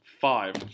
Five